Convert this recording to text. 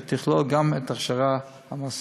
שתכלול גם את ההכשרה המעשית.